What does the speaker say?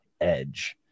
edge